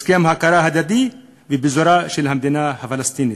הסכם הכרה הדדית ופירוזה של המדינה הפלסטינית,